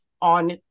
on